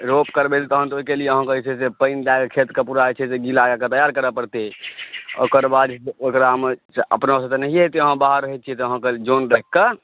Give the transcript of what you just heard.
रोप करबै तहन तऽ ओहिके लिए अहाँकेँ जे छै से पानि दऽ कऽ खेतके पूरा जे छै से गीला कए कऽ तैआर करऽ पड़तै ओकरबाद ओकरामे अपनासँ तऽ नहिये होयतै अहाँ बाहर रहैत छियै तऽ जन राखि कऽ